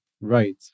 Right